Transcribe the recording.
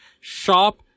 shop